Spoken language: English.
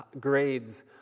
grades